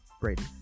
Brady